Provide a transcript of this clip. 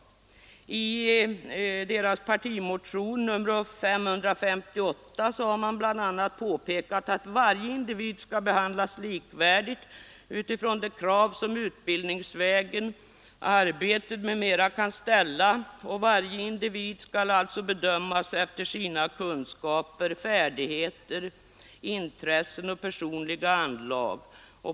I deras partimotion, nr 558, har man bl.a. pekat på att varje individ skall behandlas likvärdigt utifrån de krav som utbildningsvägen, arbetet m. m, kan ställa. Varje individ skall alltså bedömas efter sina kunskaper, färdigheter, intressen och personliga anlag.